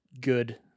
good